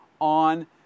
on